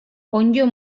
onddo